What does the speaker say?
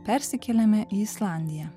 persikėlėme į islandiją